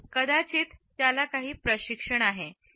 कदाचित त्याला काही प्रशिक्षण आहे कारण